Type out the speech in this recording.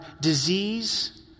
disease